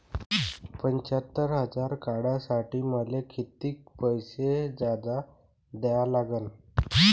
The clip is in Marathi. पंच्यात्तर हजार काढासाठी मले कितीक पैसे जादा द्या लागन?